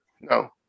No